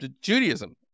Judaism